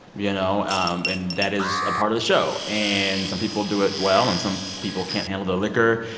you know, um and that is a part of the show. and some people do it well and some people can't handle the liquor.